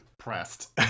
pressed